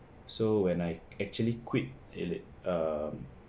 so when I actually quit eh um